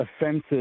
offensive